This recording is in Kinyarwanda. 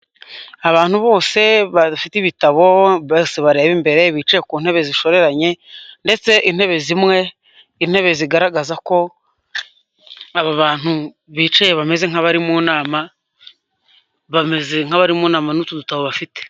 Abantu bose bafite ibitabo bose barebe imbere bica ku ntebe zishoranye ndetse intebe zimwe intebe zigaragaza ko aba bantu bicaye bameze nk'abari mu nama, bameze nk'abari mu nama n'utu dutabo bafite.